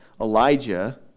Elijah